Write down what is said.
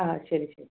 ആ ശരി ശരി